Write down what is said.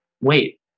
wait